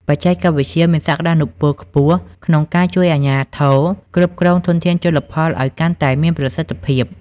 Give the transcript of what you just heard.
បច្ចេកវិទ្យាមានសក្តានុពលខ្ពស់ក្នុងការជួយអាជ្ញាធរគ្រប់គ្រងធនធានជលផលឲ្យកាន់តែមានប្រសិទ្ធភាព។